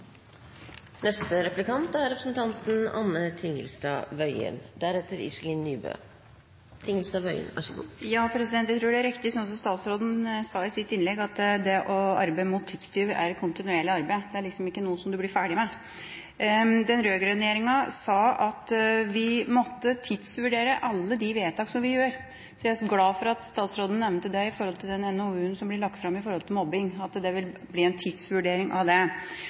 er riktig sånn som statsråden sa i sitt innlegg, at det å arbeide mot tidstyver er et kontinuerlig arbeid, det er liksom ikke noe som man blir ferdig med. Den rød-grønne regjeringa sa at vi måtte tidsvurdere alle de vedtak som vi gjør, så jeg er glad for at statsråden nevnte det med tanke på den NOU-en som blir lagt fram om mobbing, at det blir en tidsvurdering av det.